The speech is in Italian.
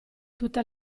tutte